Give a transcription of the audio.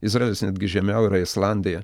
izraelis netgi žemiau yra islandiją